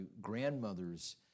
grandmother's